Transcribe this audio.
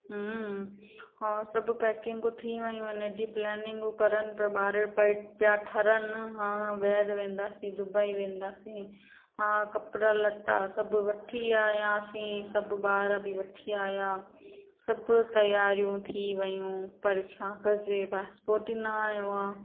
हा सभु पैकिगू थी वियूं आहिनि हेॾी प्लेनिगू करनि पिया ॿार पेई पिया ठरनि हा ॿाहिरि वेंदासीं दुबई वेंदासीं हा कपिड़ा लटा सभु वठी आयासीं सभु ॿार बि वठी आहियां सभु तयारियूं थी वियूं पर छा कजे पासपोट ई न आयो आहे